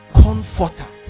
comforter